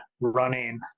running